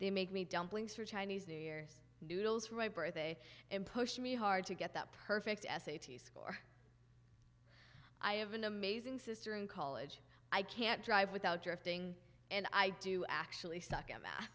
they make me dumplings for chinese new year's noodles for my birthday and push me hard to get that perfect s a t s score i have an amazing sister in college i can't drive without drifting and i do actually suck